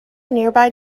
nearby